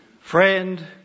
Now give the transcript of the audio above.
friend